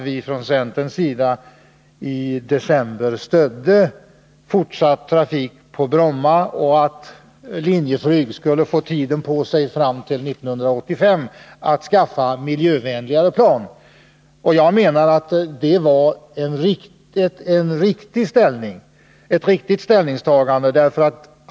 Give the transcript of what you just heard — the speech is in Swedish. Vi från centerns sida stödde i december förslaget om fortsatt trafik på Bromma och om att Linjeflyg skulle få tid på sig fram till 1985 för att skaffa miljövänligare plan. Jag menar att det var ett riktigt ställningstagande.